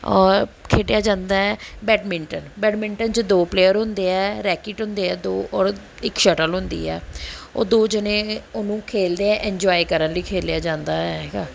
ਔਰ ਖੇਡਿਆ ਜਾਂਦਾ ਹੈ ਬੈਡਮਿੰਟਨ ਬੈਡਮਿੰਟਨ 'ਚ ਦੋ ਪਲੇਅਰ ਹੁੰਦੇ ਹੈ ਰੈਕਿਟ ਹੁੰਦੇ ਆ ਦੋ ਔਰ ਇੱਕ ਸ਼ਟਲ ਹੁੰਦੀ ਹੈ ਉਹ ਦੋ ਜਣੇ ਉਹਨੂੰ ਖੇਡਦੇ ਆ ਇੰਜੋਆਏ ਕਰਨ ਲਈ ਖੇਡਆ ਜਾਂਦਾ ਹੈਗਾ